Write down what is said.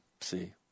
see